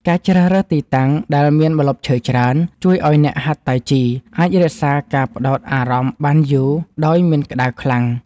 ការជ្រើសរើសទីតាំងដែលមានម្លប់ឈើច្រើន ជួយឱ្យអ្នកហាត់តៃជីអាចរក្សាការផ្ដោតអារម្មណ៍បានយូរដោយមិនក្ដៅខ្លាំង។